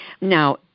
Now